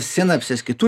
sinapsės kitų